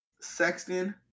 Sexton –